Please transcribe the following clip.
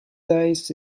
days